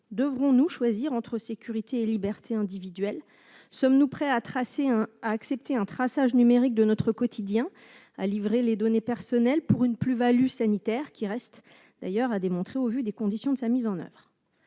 devrons-nous choisir entre sécurité et libertés individuelles ? Sommes-nous prêts à accepter un traçage numérique de notre quotidien et à livrer des données personnelles pour une plus-value sanitaire qui reste d'ailleurs à démontrer, au vu des conditions de sa mise en oeuvre ?